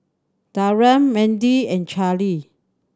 Taryn Mendy and Charly